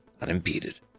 unimpeded